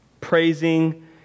Praising